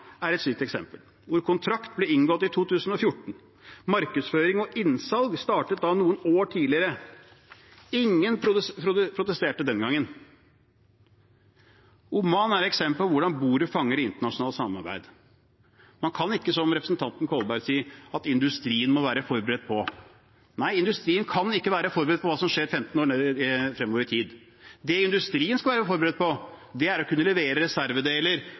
er et slikt eksempel, hvor kontrakt ble inngått i 2014. Markedsføring og innsalg startet noen år tidligere. Ingen protesterte den gangen. Oman er et eksempel på hvordan bordet fanger i internasjonalt samarbeid. Man kan ikke si, som representanten Kolberg, at industrien må være forberedt. Nei, industrien kan ikke være forberedt på hva som skjer 15 år frem i tid. Det industrien skal være forberedt på, er å kunne levere reservedeler